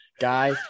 Guy